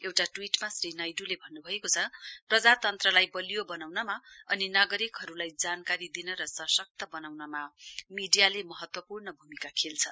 एउटा ट्वीटमा श्री नाइडूले भन्नुभएको छ प्रजातन्त्रलाई बलियो वनाउनमा अनि नागरिकहरुलाई जानकारी दिन र सश्क्त वनाउनमा मीडियाले महत्वपूर्ण भूमिका खेल्छ